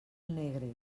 negre